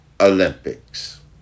Olympics